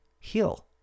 heal